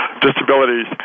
disabilities